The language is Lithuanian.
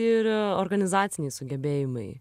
ir organizaciniai sugebėjimai